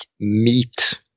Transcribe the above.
meat